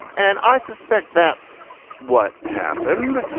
and i suspect that's what happened.